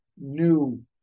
new